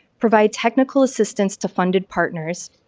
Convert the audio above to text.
provide technical assistance to funded partners,